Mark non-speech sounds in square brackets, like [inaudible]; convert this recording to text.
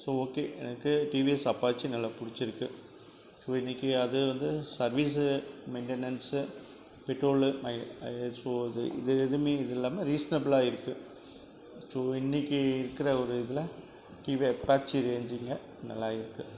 so okay எனக்கு TVS Apache நல்லா பிடிச்சிருக்கு ஸோ இன்னக்கு அது வந்து சர்வீஸ்ஸு மெயின்டெனன்ஸு பெட்ரோலு மைலே [unintelligible] ஸோ இது எதுவுமே இல்லாம ரீசனபுலாக இருக்கு ஸோ இன்னிக்கு இருக்கிற ஒரு இதில் டிவிஎஸ் அப்பாச்சி ரேஞ்சிங்க நல்லா இருக்கு